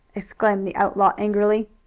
exclaimed the outlaw angrily.